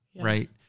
right